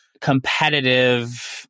competitive